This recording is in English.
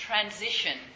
transition